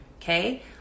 okay